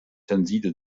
tenside